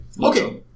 Okay